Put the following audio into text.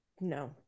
No